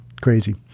Crazy